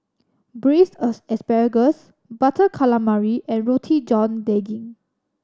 Braised as asparagus Butter Calamari and Roti John Daging